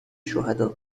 شهداء